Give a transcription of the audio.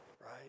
right